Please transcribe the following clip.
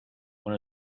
one